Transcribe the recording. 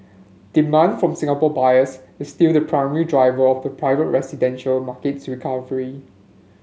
demand from Singapore buyers is still the primary driver of the private residential market's recovery